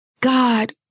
God